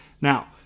Now